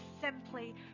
simply